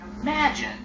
Imagine